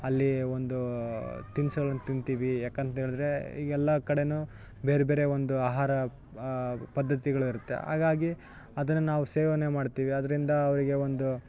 ಅಲ್ಲಿ ಒಂದು ತಿನ್ಸುಗಳನ್ನು ತಿಂತೀವಿ ಯಾಕಂತೇಳಿದರೆ ಈಗ ಎಲ್ಲ ಕಡೆ ಬೇರೆಬೇರೆ ಒಂದು ಆಹಾರ ಪದ್ದತಿಗಳು ಇರುತ್ತೆ ಹಾಗಾಗಿ ಅದನ್ನು ನಾವು ಸೇವನೆ ಮಾಡ್ತೀವಿ ಅದ್ರಿಂದ ಅವರಿಗೆ ಒಂದು